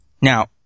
Now